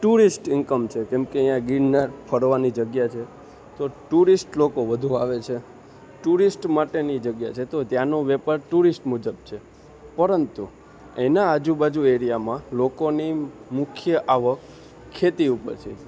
tourist income છે કેમકે એ આ ગિરનાર ફરવાની જગ્યા છે તો ટુરિસ્ટ લોકો વધુ આવે છે ટુરિસ્ટ માટેની જગ્યા છે તો ત્યાંનો વેપાર ટુરિસ્ટ મુજબ છે પરંતુ એના આજુ બાજુ એરિયામાં લોકોની મુખ્ય આવક ખેતી ઉપર છે